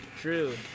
True